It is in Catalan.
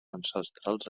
ancestrals